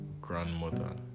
grandmother